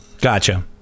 Gotcha